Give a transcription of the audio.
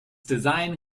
design